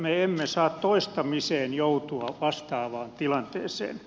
me emme saa toistamiseen joutua vastaavaan tilanteeseen